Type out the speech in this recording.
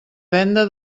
venda